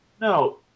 No